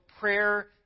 prayer